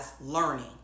learning